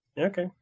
Okay